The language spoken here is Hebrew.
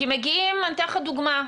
אני אתן לך דוגמה,